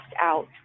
out